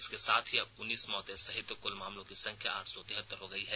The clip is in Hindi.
इसके साथ ही अब उन्नीस मौतें सहित कुल मामलों की संख्या आठ सौ तिहत्तर हो गई है